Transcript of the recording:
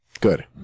Good